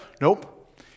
nope